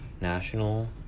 National